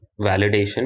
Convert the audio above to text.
validation